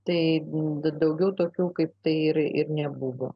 tai daugiau tokių kaip tai nebuvo